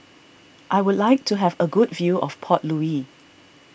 I would like to have a good view of Port Louis